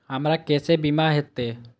हमरा केसे बीमा होते?